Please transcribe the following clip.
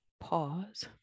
pause